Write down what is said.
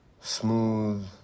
smooth